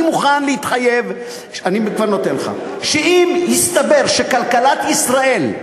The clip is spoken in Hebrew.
אני מוכן להתחייב שאם יסתבר שכלכלת ישראל,